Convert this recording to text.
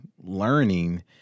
learning